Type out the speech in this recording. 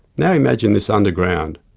now imagine this underground,